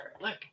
Look